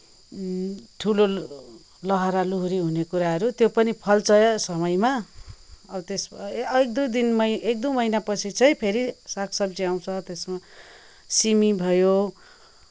ठुलो लहरा लुहुरी हुने कुराहरू त्यो पनि फल्छ समयमा अब त्यसमा एक दुई दिनमै एक दुई महिना पछि चाहिँ फेरि सागसब्जी आउँछ सिमी भयो